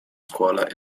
scuola